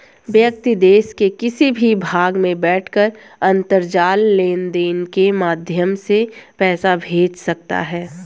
व्यक्ति देश के किसी भी भाग में बैठकर अंतरजाल लेनदेन के माध्यम से पैसा भेज सकता है